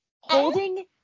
Holding